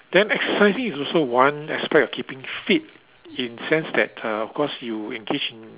then exercising is also one aspect of keeping fit in a sense that uh of course you engage in